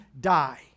die